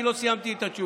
כי לא סיימתי את התשובה.